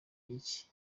gike